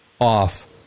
off